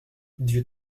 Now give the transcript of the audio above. dieu